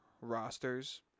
rosters